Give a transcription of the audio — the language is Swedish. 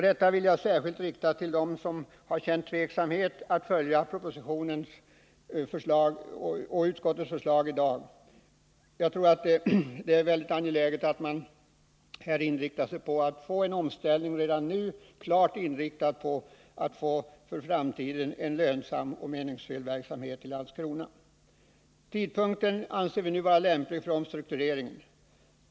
Jag vill särskilt säga detta med tanke på dem som tvekar att i dag anta propositionens och utskottets förslag. Jag tror att det är mycket angeläget att man här inriktar sig på en omställning redan nu, så att det i framtiden blir en lönsam och meningsfull verksamhet i Landskrona. Vi anser att det nu är rätta tidpunkten för omstruktureringen.